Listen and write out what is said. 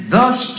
Thus